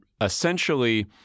essentially